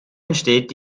entsteht